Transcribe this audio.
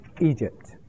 Egypt